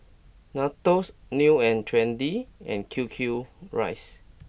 Nandos New and Trendy and Q Q Rice